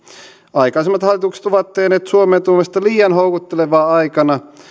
aikaisemmat hallitukset ovat tehneet suomeen tulosta liian houkuttelevaa aikana